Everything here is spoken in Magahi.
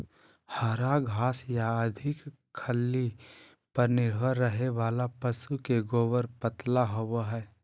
हरा घास या अधिक खल्ली पर निर्भर रहे वाला पशु के गोबर पतला होवो हइ